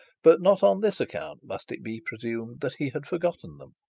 but not on this account must it be presumed that he had forgotten them,